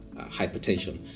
hypertension